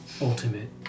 ultimate